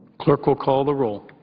clerk will call the roll.